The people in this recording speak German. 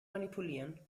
manipulieren